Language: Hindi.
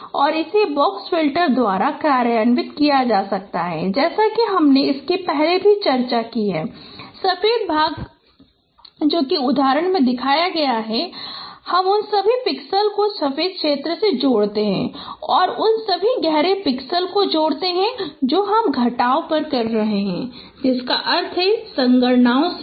और इसे बॉक्स फिल्टर द्वारा कार्यान्वित किया जा सकता है जैसा कि हमने पहले भी चर्चा की है कि सफेद भाग उदाहरण के लिए कहेंगे हम उन सभी पिक्सेल को सफेद क्षेत्रों में जोड़ते हैं और उन सभी गहरे पिक्सेल को जोड़ते हैं जो हम घटाव कर रहे हैं जिसका अर्थ संगणनाओं से है